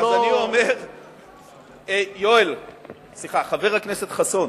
חבר הכנסת חסון,